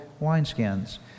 wineskins